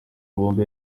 bombi